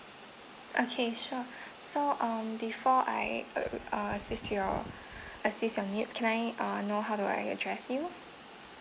okay sure so um before I err uh assist your assist your needs can I uh know how do I address you